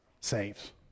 saves